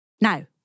Now